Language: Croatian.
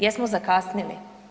Jesmo zakasnili?